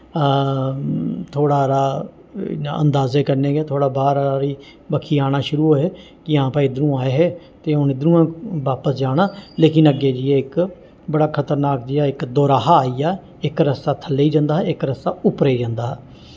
थोह्ड़ा हारा इ'यां अंदाजे कन्नै गै थोह्ड़ा बाहर आह्ली बक्खी आना शुरू होए कि आं भाई इद्धरू आये हे ते हून इद्धरू आं बापस जाना लेकिन अग्गें जाइयै इक बड़ा खतरनाक जेहा इक दोराहा आइया इक रास्ता थ'ल्ले ई जंदा हा इक रास्ता उप्परे ई जंदा हा